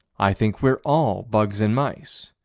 i think we're all bugs and mice,